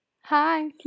Hi